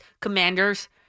Commanders